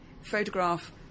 photograph